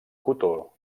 cotó